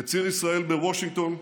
כציר ישראל בוושינגטון,